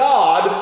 God